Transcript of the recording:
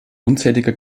unzählige